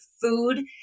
food